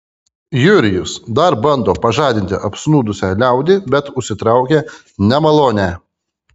jurijus dar bando pažadinti apsnūdusią liaudį bet užsitraukia nemalonę